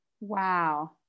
Wow